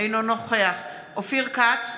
אינו נוכח אופיר כץ,